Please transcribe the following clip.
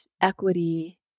equity